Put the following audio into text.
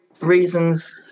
reasons